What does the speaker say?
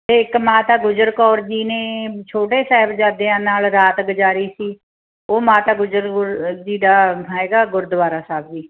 ਅਤੇ ਇੱਕ ਮਾਤਾ ਗੁਜਰ ਕੌਰ ਜੀ ਨੇ ਛੋਟੇ ਸਾਹਿਬਜ਼ਾਦਿਆਂ ਨਾਲ ਰਾਤ ਗੁਜ਼ਾਰੀ ਸੀ ਉਹ ਮਾਤਾ ਗੁਜਰ ਕੌਰ ਜੀ ਦਾ ਹੈਗਾ ਗੁਰਦੁਆਰਾ ਸਾਹਿਬ ਵੀ